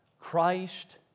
Christ